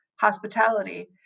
hospitality